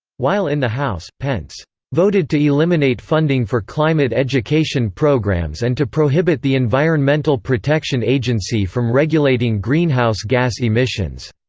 while in the house, pence voted to eliminate funding for climate education programs and to prohibit the environmental protection agency from regulating greenhouse gas emissions.